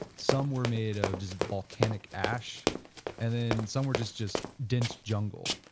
some were made of just volcanic ash and then some were just just dense jungle.